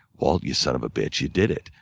walt, you son of a bitch, you did it.